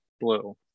blue